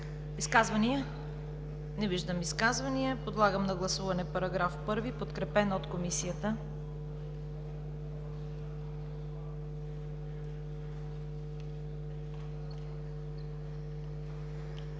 Изказвания? Не виждам изказвания. Подлагам на гласуване подкрепения от Комисията